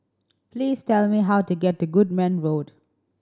please tell me how to get to Goodman Road